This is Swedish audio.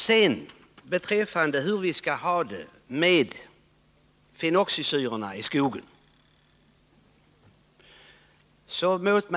Sedan till frågan hur vi skall ha det med fenoxisyrorna i skogen.